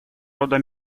рода